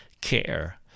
care